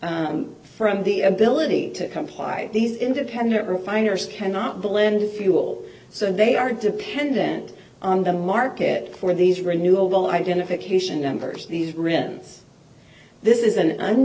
fuel from the ability to comply these independent refiners cannot blend fuel so they are dependent on the market for these renewable identification numbers these rince this is